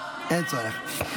אין צורך.